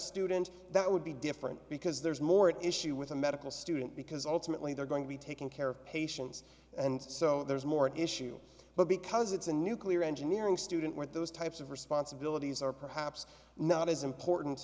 student that would be different because there's more an issue with a medical student because ultimately they're going to be taking care of patients and so there's more an issue but because it's a nuclear engineering student where those types of responsibilities are perhaps not as important